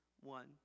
one